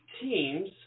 teams